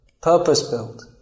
purpose-built